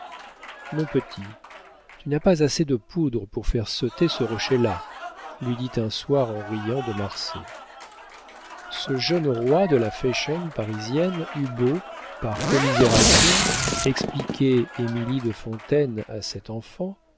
mon petit tu n'as pas assez de poudre pour faire sauter ce rocher là lui dit un soir en riant de marsay ce jeune roi de la fashion parisienne eut beau par commisération expliquer émilie de fontaine à cet enfant